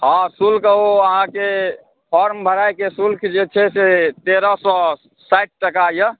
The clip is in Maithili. हँ शुल्क ओ अहाँके फॉर्म भराएके शुल्क जे छै से तेरह सओ साठि टका अइ